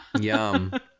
Yum